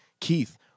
Keith